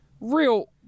Real